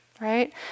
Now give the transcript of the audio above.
right